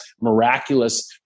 miraculous